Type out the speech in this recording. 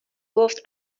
گفت